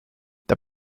the